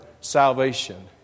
salvation